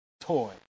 toy